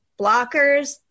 Blockers